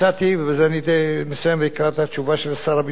ובזה אני מסיים ואקרא את התשובה של שר הביטחון,